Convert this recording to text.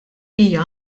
hija